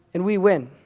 and we win.